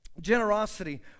Generosity